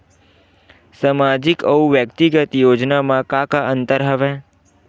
सामाजिक अउ व्यक्तिगत योजना म का का अंतर हवय?